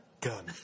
gun